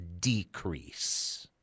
decrease